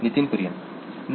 नितीन कुरियन नाही